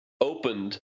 opened